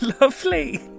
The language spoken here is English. lovely